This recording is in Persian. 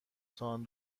تان